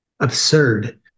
Absurd